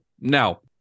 Now